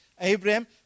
Abraham